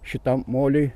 šitam moliui